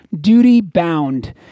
duty-bound